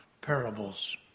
parables